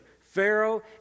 Pharaoh